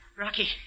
Rocky